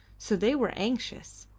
so they were anxious.